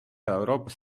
euroopas